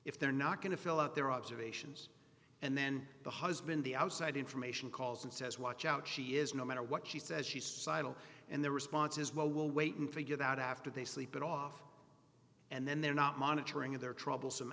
if they're not going to fill out their observations and then the husband the outside information calls and says watch out she is no matter what she says she's seidel and the response is well we'll wait and figure it out after they sleep it off and then they're not monitoring their troublesome